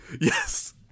Yes